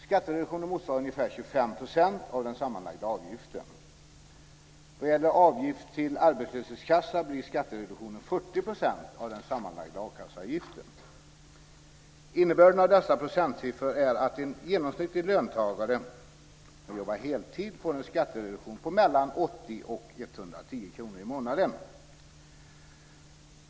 Skattereduktionen motsvarar ungefär 25 % Innebörden av dessa procentsiffror är att en genomsnittlig löntagare som jobbar heltid får en skattereduktion på 80-110 kr i månaden.